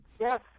Yes